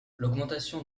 l’augmentation